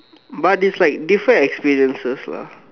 but it's like different experiences lah